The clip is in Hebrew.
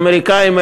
האמריקנים,